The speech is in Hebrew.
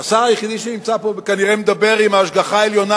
השר היחידי שנמצא פה כנראה מדבר עם ההשגחה העליונה,